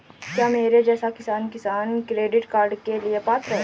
क्या मेरे जैसा किसान किसान क्रेडिट कार्ड के लिए पात्र है?